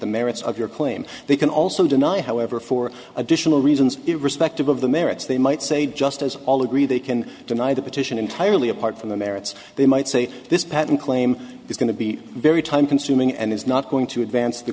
the merits of your claim they can also deny however for additional reasons irrespective of the merits they might say just as all agree they can deny the petition entirely apart from the merits they might say this patent claim is going to be very time consuming and is not going to advance the